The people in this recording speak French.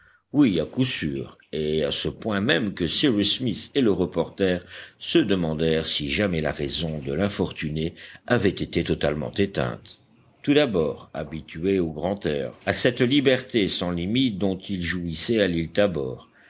oui à coup sûr et à ce point même que cyrus smith et le reporter se demandèrent si jamais la raison de l'infortuné avait été totalement éteinte tout d'abord habitué au grand air à cette liberté sans limites dont il jouissait à l'île tabor